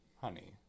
Honey